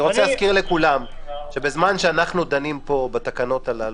אני מזכיר לכולם שבזמן שאנחנו דנים פה בתקנות הללו,